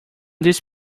this